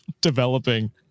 developing